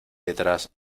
letras